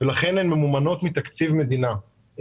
לכן הן ממומנות מתקציב מדינה.